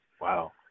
Wow